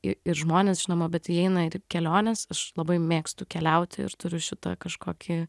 ir žmonės žinoma bet įeina ir kelionės aš labai mėgstu keliauti ir turiu šitą kažkokį